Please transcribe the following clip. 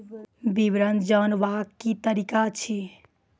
विवरण जानवाक की तरीका अछि?